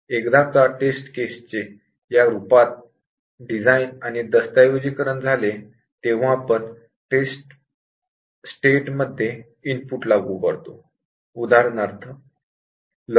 एकदा का test case चे डिझाइन आणि डॉकुमेंटेशन Documentation झाले मग आपण स्टेट ला इनपुट लागू करतो उदा